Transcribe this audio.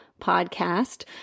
podcast